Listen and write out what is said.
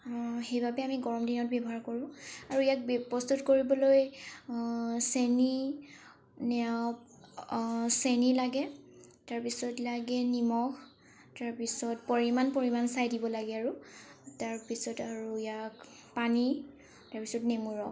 সেইবাবে আমি গৰম দিনত ব্যৱহাৰ কৰো আৰু ইয়াক প্ৰস্তুত কৰিবলৈ চেনি চেনি লাগে তাৰপিছত লাগে নিমখ তাৰপিছত পৰিমাণ পৰিমাণ চাই দিব লাগে আৰু তাৰপিছত আৰু ইয়াক পানী তাৰপিছত নেমু ৰস